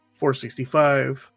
465